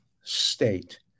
state